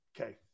okay